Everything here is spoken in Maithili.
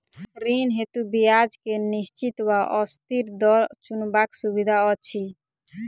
ऋण हेतु ब्याज केँ निश्चित वा अस्थिर दर चुनबाक सुविधा अछि